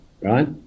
right